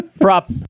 Prop